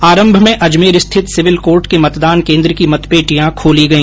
आरम्म में अजमेर स्थित सिविल कोर्ट के मतदान केन्द्र की मतपेटियां खोली गई